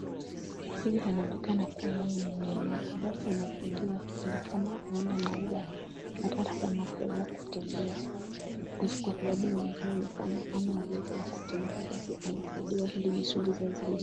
Huyu anaonekana kuwa yeye ni mlemavu. Basi anasaidiwa ili kama huenda naweza hata kama kuweza kutembea. Kwa sababu anaonekana ni kama hsna uwezo wa kutembea, basi anasaidiwa hili ni misuli.